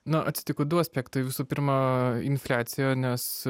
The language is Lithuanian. na atsitiko du aspektai visų pirma infliacija nes